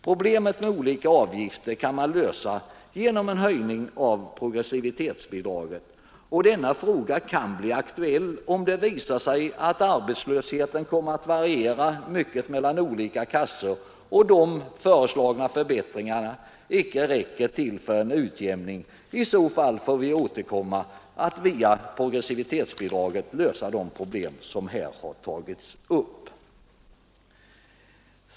Problemet med olika avgifter kan man lösa genom en höjning av progressivbidraget, och denna fråga kan bli aktuell om det visar sig att arbetslösheten kommer att variera mycket mellan olika kassor och de nu föreslagna förbättringarna inte räcker till för en utjämning. I så fall får vi återkomma för att via progressivbidraget lösa de problem som här har tagits upp.